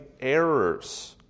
errors